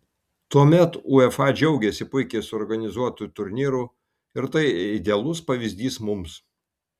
tuomet uefa džiaugėsi puikiai suorganizuotu turnyru ir tai idealus pavyzdys mums